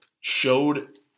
showed